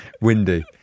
Windy